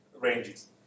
ranges